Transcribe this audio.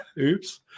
Oops